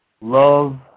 Love